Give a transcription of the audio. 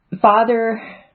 Father